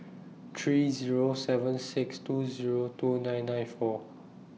three Zero seven six two Zero two nine nine four